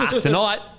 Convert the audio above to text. tonight